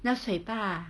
那水坝